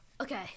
Okay